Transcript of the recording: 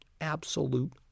absolute